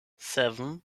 seven